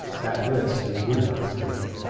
that risk he would not take.